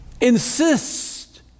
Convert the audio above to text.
insist